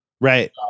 right